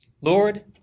Lord